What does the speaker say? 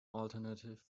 alternative